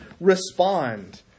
respond